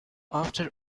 after